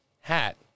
hat